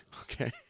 Okay